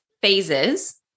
phases